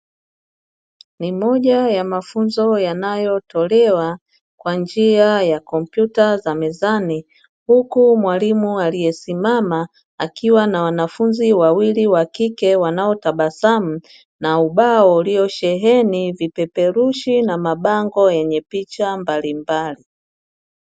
Ni moja ya mafunzo yanayotolewa kwa njia ya kompyuta za mezani, huku mwalimu aliyesimama akiwa na wanafunzi wawili wa kike wanaotabasamu na ubao uliosheheni vipeperushi na mabango yenye picha mbalimbali.